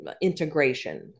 integration